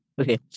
Okay